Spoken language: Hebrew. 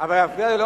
אבל אתה מפריע.